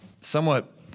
somewhat